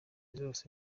zose